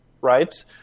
right